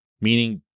Meaning